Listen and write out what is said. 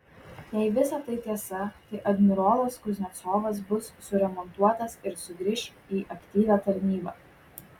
jei visa tai tiesa tai admirolas kuznecovas bus suremontuotas ir sugrįš į aktyvią tarnybą